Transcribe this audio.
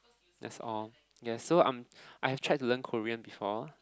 that's all yes so I am I have tried to Korean before